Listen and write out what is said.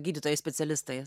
gydytojais specialistais